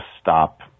stop